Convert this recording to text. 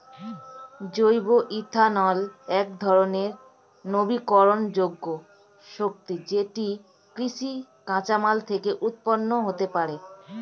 জৈব ইথানল একধরণের নবীকরণযোগ্য শক্তি যেটি কৃষিজ কাঁচামাল থেকে উৎপন্ন হতে পারে